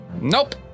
Nope